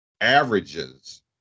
averages